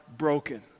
broken